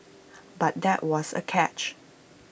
but there was A catch